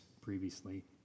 previously